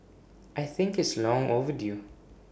I think it's long overdue